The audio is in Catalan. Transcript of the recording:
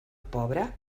pobre